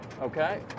okay